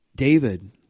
David